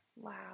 Wow